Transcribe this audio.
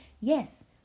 yes